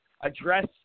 address